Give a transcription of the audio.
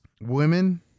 women